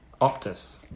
Optus